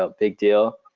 ah big deal.